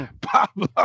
Pablo